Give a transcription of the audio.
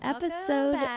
episode